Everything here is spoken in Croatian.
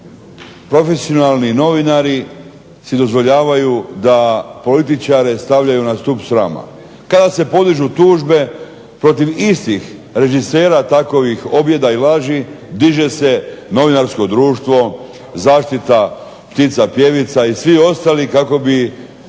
profesionalni novinari si dozvoljavaju da političare stavljaju na stup srama. Kada se podižu tužbe protiv istih režisera takovih objeda i laži diže se novinarsko društvo, zaštita ptica pjevica i svi ostali kako bi